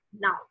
now